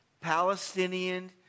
Palestinian